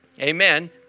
amen